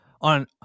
on